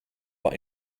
but